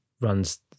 runs